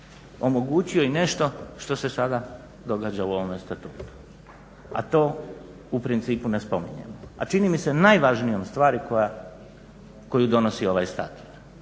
omogućio i nešto što se sada događa u ovome Statutu a to u principu ne spominjemo. A čini mi se najvažnijom stvari koju donosi ovaj Statut.